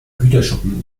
güterschuppen